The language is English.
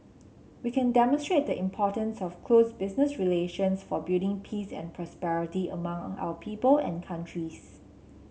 we can demonstrate the importance of close business relations for building peace and prosperity among our people and countries